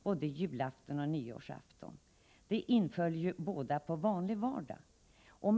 Både julaftonen och nyårsaftonen inföll ju på vanliga vardagar.